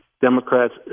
Democrats